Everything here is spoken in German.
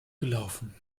gelaufen